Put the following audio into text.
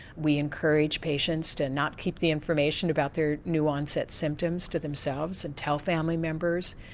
we encourage patients to not keep the information about their new onset symptoms to themselves, and tell family members,